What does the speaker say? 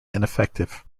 ineffective